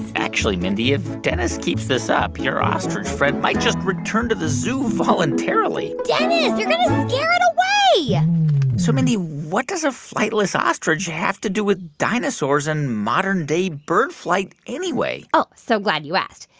actually, mindy, if dennis keeps this up, your ostrich friend might just return to the zoo voluntarily dennis, you're going to scare it away yeah so mindy, what does a flightless ostrich have to do with dinosaurs and modern-day bird flight, anyway? oh, so glad you asked.